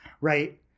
right